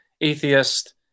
atheist